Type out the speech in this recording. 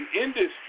industry